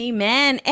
Amen